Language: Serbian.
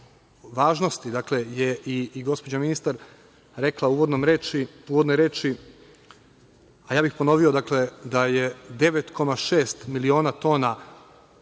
važnosti je i gospođa ministar rekla u uvodnoj reči, a ja bih ponovio, da je 9,6 miliona tona